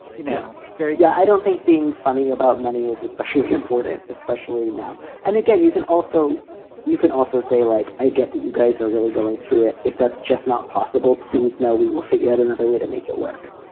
you know, very yeah. i don't think being funny. about money is especially important, especially now and again, you can also you can also say, like i get that you guys are really going through it. if that's just not possible, please. no, we will figure out another way to make it work.